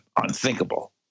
unthinkable